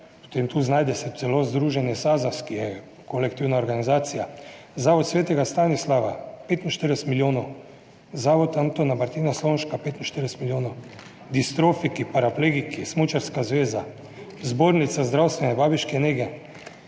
Zavod svetega Stanislava 45 milijonov, Zavod Antona Martina Slomška 45 milijonov, distrofiki, paraplegiki, Smučarska zveza, Zbornica zdravstvene in babiške nege,